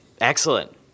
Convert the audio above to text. Excellent